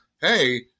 hey